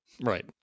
Right